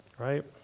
Right